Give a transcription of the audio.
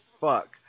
fuck